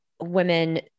women